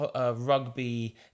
rugby